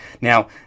now